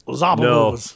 no